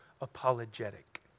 apologetic